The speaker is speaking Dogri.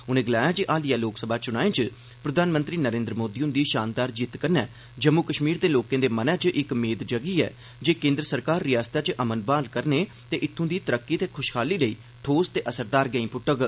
उनें आक्खेआ जे हालिया लोक सभा चुनाएं च प्रधानमंत्री नरेन्द्र मोदी हुंदी शानदार जित्त कन्नै जम्मू कश्मीर दे लाकें दे मनै च इक मेद जगी ऐ जे केन्द्र सरकार रिआसतै च अमन ब्हाल करने ते इत्थूं दी तरक्की ते खुशहाली लेई ठोस ते असरदार गैंई पुट्टोग